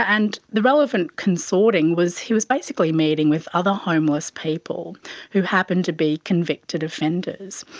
and the relevant consorting was he was basically meeting with other homeless people who happened to be convicted offenders.